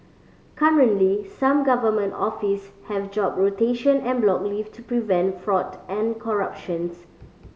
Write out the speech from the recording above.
currently some government office have job rotation and block leave to prevent fraud and corruptions